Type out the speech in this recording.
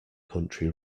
country